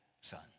son